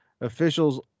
Officials